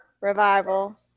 Revival